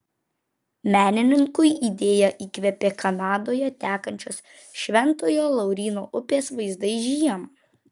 menininkui idėją įkvėpė kanadoje tekančios šventojo lauryno upės vaizdai žiemą